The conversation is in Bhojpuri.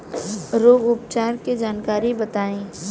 रोग उपचार के जानकारी बताई?